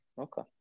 Okay